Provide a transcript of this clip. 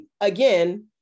Again